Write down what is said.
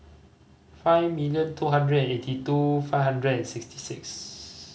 five million two hundred eighty two five hundred sixty six